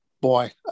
Boy